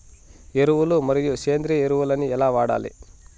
ఎరువులు మరియు సేంద్రియ ఎరువులని ఎలా వాడాలి?